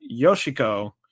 Yoshiko